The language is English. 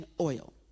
oil